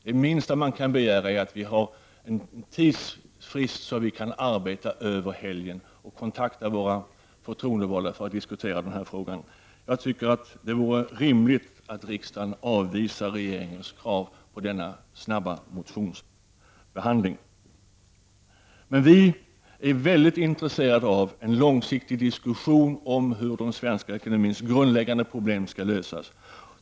Det minsta man kan begära är att vi får en tidsfrist, så att vi kan arbeta över helgen och kontakta våra förtroendevalda för att diskutera frågan. Jag tycker att det vore rimligt att riksdagen avvisade kravet på en så snabb motionsbehandling. Vi är mycket intresserade av en långsiktig diskussion om hur den svenska ekonomins grundläggande problem skall lösas.